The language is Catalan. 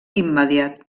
immediat